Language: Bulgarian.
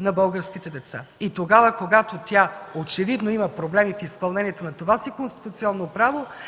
на българските деца. И когато тя очевидно има проблеми в изпълнението на това си конституционно право,